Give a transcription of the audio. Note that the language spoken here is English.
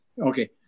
Okay